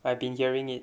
I have been hearing it